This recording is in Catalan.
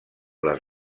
les